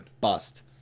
Bust